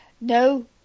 no